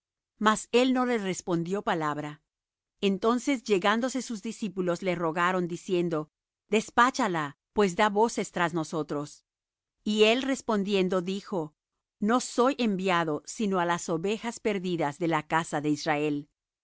mas él no le respondió palabra entonces llegándose sus discípulos le rogaron diciendo despáchala pues da voces tras nosotros y él respondiendo dijo no soy enviado sino á las ovejas perdidas de la casa de israel